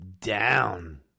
down